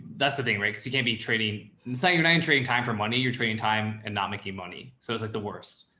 that's the thing, right? cause he can't be trading in say your name, trading time for money. you're sure. time and not making money. so it was like the worst,